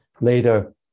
Later